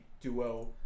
Duo